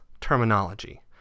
terminology